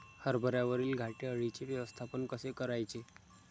हरभऱ्यावरील घाटे अळीचे व्यवस्थापन कसे करायचे?